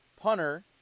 punter